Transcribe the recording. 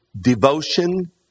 devotion